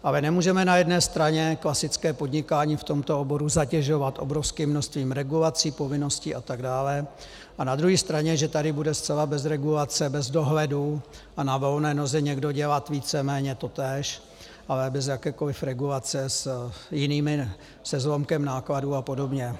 Ale nemůžeme na jedné straně klasické podnikání v tomto oboru zatěžovat obrovským množstvím regulací, povinností a tak dále a na druhé straně že tady bude zcela bez regulace, bez dohledu a na volné noze někdo dělat víceméně totéž, ale bez jakékoliv regulace s jinými, se zlomkem nákladů a podobně.